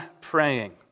praying